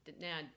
Now